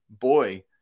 boy